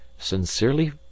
sincerely